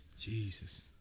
Jesus